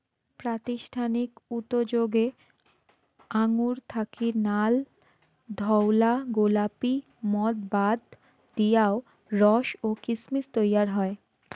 প্রাতিষ্ঠানিক উতোযোগে আঙুর থাকি নাল, ধওলা, গোলাপী মদ বাদ দিয়াও রস ও কিসমিস তৈয়ার হয়